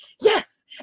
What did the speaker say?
yes